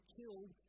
killed